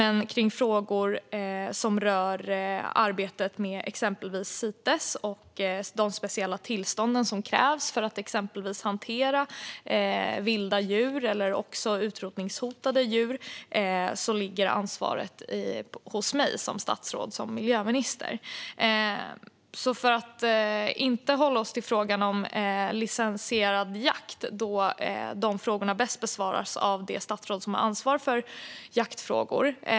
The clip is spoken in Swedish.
Men ansvaret för frågor som rör arbetet med exempelvis Cites och de speciella tillstånd som krävs för att exempelvis hantera vilda djur och utrotningshotade djur ligger hos mig som miljöminister. Därför besvaras frågor om licensierad jakt bäst av det statsråd som har ansvar för jaktfrågor.